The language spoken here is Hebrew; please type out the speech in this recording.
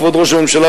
כבוד ראש הממשלה,